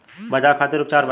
बचाव खातिर उपचार बताई?